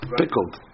pickled